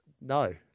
no